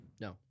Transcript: No